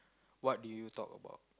what do you talk about